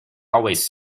always